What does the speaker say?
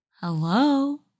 Hello